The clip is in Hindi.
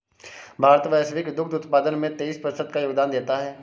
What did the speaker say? भारत वैश्विक दुग्ध उत्पादन में तेईस प्रतिशत का योगदान देता है